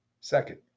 Second